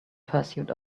pursuit